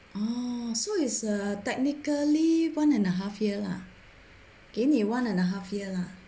orh so is a technically one and a half year lah 给你 one and a half year lah